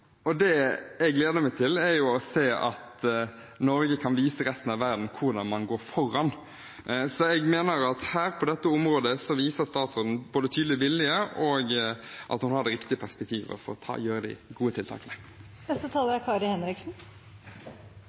Det jeg gleder meg til, er å se at Norge kan vise resten av verden hvordan man går foran. Jeg mener at på dette området viser statsråden tydelig vilje – og at hun har det riktige perspektivet for å gjennomføre de gode tiltakene.